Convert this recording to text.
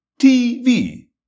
TV